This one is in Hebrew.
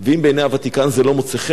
הם יכולים לעשות עוד מיסה אחת,